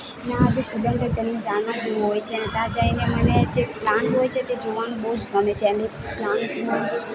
ના જે સ્ટુડન્ટ હોય તેમને જાણવા જેવું હોય છે ને ત્યાં જઈને મને જે પ્લાન્ટ હોય છે તે જોવાનું બહુ જ ગમે છે એમ એ પ્લાન્ટનું